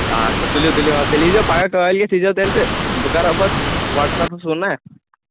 آدٕ سا تُلِو تُلِو حظ تیٚلہِ یی زیو پَگہہ کٲلۍ کٮ۪تھ یی زیو تیٚلہٕ تہٕ بہٕ کَرو پَتہٕ وَٹسَپَس ہُہ نہ